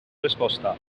resposta